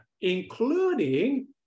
including